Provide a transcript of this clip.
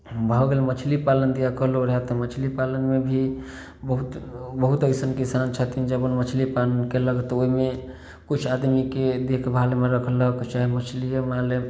भऽ गेल मछली पालन दिया कहलहुॅं रहऽ तऽ मछली पालनमे भी बहुत बहुत अइसन किसान छथिन जे अपन मछली पालन केलक तऽ ओहिमे किछु आदमीके देखभालमे रखलक चाहे मछलिये